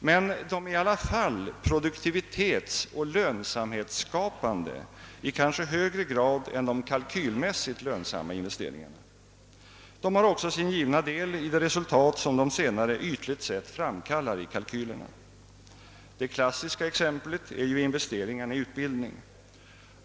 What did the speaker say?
Men de är likväl produktivitetsoch lönsamhetsskapande i kanske högre grad än de kalkylmässigt lönsamma investeringarna. De har också sin givna del i det resultat som de senare ytligt sett framkallar i kalkylerna. Det klassiska exemplet är investeringarna i utbildning.